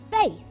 faith